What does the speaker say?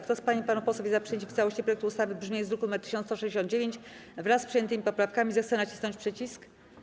Kto z pań i panów posłów jest za przyjęciem w całości projektu ustawy w brzmieniu z druku nr 1169, wraz z przyjętymi poprawkami, zechce nacisnąć przycisk.